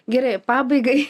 gerai pabaigai